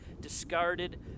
discarded